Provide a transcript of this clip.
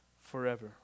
forever